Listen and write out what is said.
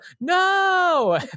no